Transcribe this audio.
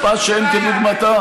חוצפה שאין כדוגמתה.